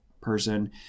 person